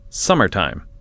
Summertime